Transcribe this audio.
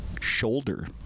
shoulder